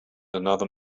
another